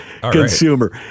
Consumer